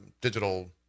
Digital